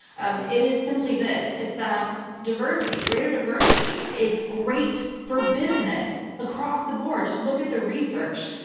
um it is simply this, it's that diversity, greater diversity is great for business across the board, just look at the research.